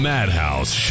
Madhouse